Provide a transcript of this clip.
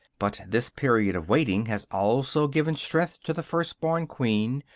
but this period of waiting has also given strength to the first-born queen,